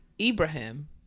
Ibrahim